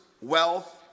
wealth